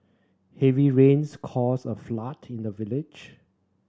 heavy rains caused a flood in the village